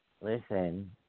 listen